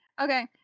Okay